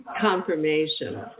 confirmation